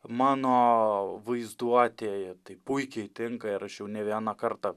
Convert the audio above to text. mano vaizduotėje tai puikiai tinka ir aš jau ne vieną kartą